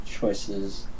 choices